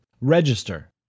Register